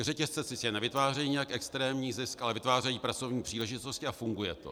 Řetězce sice nevytvářejí nijak extrémní zisk, ale vytvářejí pracovní příležitosti a funguje to.